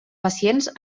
pacients